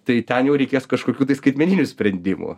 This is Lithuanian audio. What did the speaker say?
tai ten jau reikės kažkokių tai skaitmeninių sprendimų